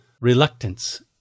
reluctance